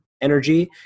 energy